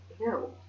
No